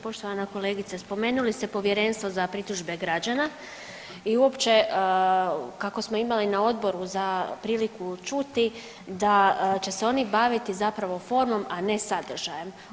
Poštovana kolegice, spomenuli ste Povjerenstvo za pritužbe građana i uopće kako smo imali na odboru za priliku čuti da će se oni baviti zapravo formom, na ne sadržajem.